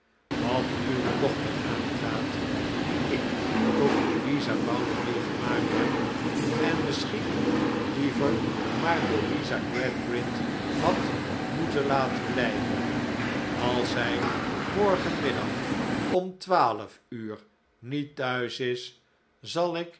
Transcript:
wat uwe dochter aangaat die ik tot louisa bounderby gemaakt heb en misschien liever maar louisa gradgrind had moeten laten blijven als zij morgenmiddag om twaalf uur niet thuis is zal ik